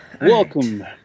Welcome